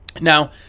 Now